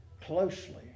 closely